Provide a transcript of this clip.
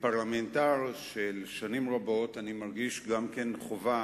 כפרלמנטר שנים רבות אני מרגיש גם חובה,